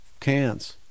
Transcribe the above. cans